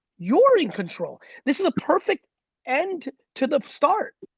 you're in control. this is a perfect end to the start.